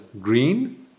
green